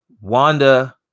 Wanda